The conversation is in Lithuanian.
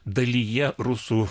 dalyje rusų